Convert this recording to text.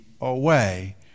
away